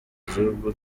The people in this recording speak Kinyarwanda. igihugu